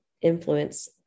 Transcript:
influence